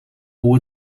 hoe